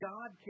God